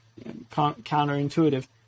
counterintuitive